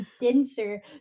denser